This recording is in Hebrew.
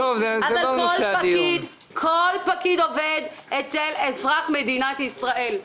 אבל כל פקיד עובד אצל אזרחי מדינת ישראל.